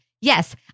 Yes